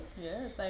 Yes